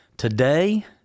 Today